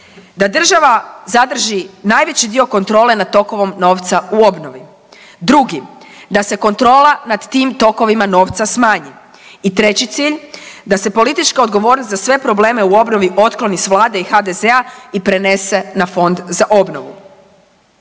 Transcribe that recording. da država zadrži najveći dio kontrole nad tokom novca u obnovi. Drugi, da se kontrola nad tim tokovima novca smanji i treći cilj da se politička odgovornost za sve probleme u obnovi otkloni s vlade i HDZ-a i prenese na Fond za obnovu.